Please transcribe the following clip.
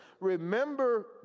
Remember